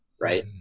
right